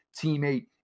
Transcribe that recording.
teammate